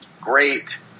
great